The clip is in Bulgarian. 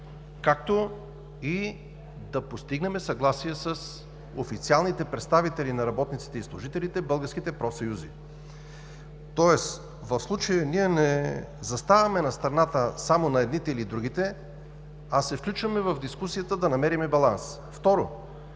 както и да постигнем съгласие с официалните представители на работниците и служителите – българските профсъюзи. Тоест в случая ние не заставаме на страната само на едните или другите, а се включваме в дискусията да намерим баланса. Второ,